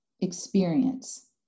experience